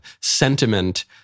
sentiment